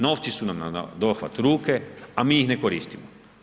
Novci su nam nadohvat ruke, a mi ih ne koristimo.